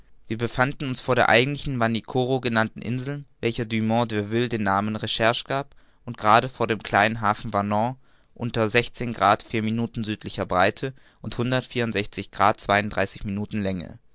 wir befanden uns vor der eigentlich vanikoro genannten insel welcher dumont d'urville den namen recherche gab und gerade vor dem kleinen hafen vanon unter grad vier minuten südlicher breite und